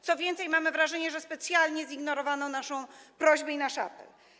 Co więcej, mamy wrażenie, że specjalnie zignorowano naszą prośbę i nasz apel.